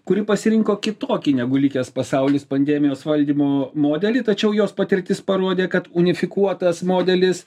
kuri pasirinko kitokį negu likęs pasaulis pandemijos valdymo modelį tačiau jos patirtis parodė kad unifikuotas modelis